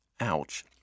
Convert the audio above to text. ouch